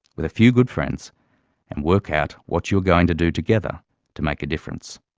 with a few good friends and work out what you are going to do together to make a difference.